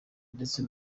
ndetse